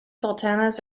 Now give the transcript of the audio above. sultanas